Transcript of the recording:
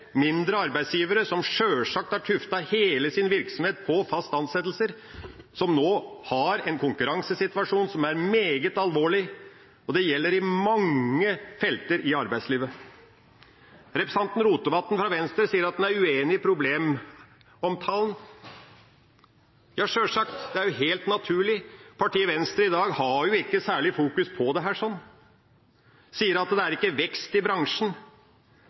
mindre arbeidsgivere som sjølsagt har tuftet hele sin virksomhet på faste ansettelser, som nå har en konkurransesituasjon som er meget alvorlig, og det gjelder på mange felt i arbeidslivet. Representanten Rotevatn fra Venstre sier at han er uenig «i problemomtalen». Ja, sjølsagt, det er jo helt naturlig. Partiet Venstre i dag har jo ikke særlig fokus på dette. Han sier at det er ikke vekst i bransjen